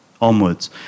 onwards